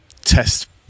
test